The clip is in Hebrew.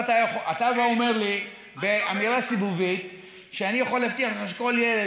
אתה אומר לי באמירה סיבובית: אני יכול להבטיח לך שכל ילד,